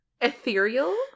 Ethereal